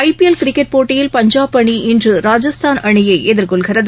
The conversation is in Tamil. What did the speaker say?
ஐ பி எல் கிரிக்கெட் போட்டியில் பஞ்சாப் அணி இன்று ராஜஸ்தான் அணியை எதிர்கொள்கிறது